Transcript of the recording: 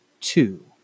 two